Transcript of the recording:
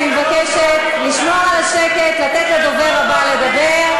אני מבקשת לשמור על השקט ולתת לדובר הבא לדבר.